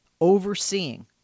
overseeing